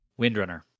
windrunner